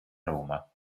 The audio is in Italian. roma